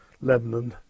Lebanon